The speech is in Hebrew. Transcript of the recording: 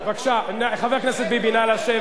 חבר הכנסת ביבי, נא לשבת.